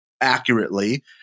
accurately